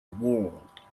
world